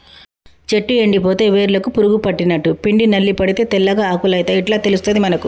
చెట్టు ఎండిపోతే వేర్లకు పురుగు పట్టినట్టు, పిండి నల్లి పడితే తెల్లగా ఆకులు అయితయ్ ఇట్లా తెలుస్తది మనకు